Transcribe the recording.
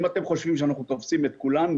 אם אתם חושבים שאנחנו תופסים את כולן,